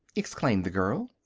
exclaimed the girl.